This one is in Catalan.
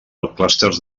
clústers